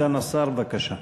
סגן השר, בבקשה.